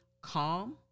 calm